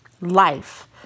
life